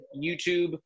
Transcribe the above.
youtube